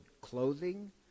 clothing